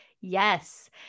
yes